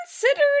considered